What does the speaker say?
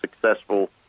successful